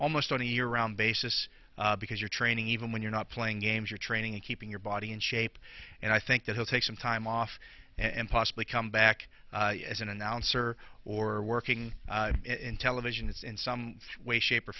almost on a year round basis because you're training even when you're not playing games or training and keeping your body in shape and i think that he'll take some time off and possibly come back as an announcer or working in television is in some way shape or